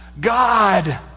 God